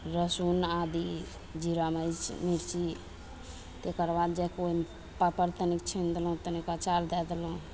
लहसुन आदी जीरा मरीच मिर्ची तकरबाद जा कऽ ओइमे पापड़ तनिक छानि देलहुँ तनिक अचार दए देलहुँ